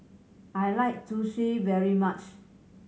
I like Zosui very much